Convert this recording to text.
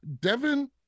Devin